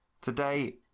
Today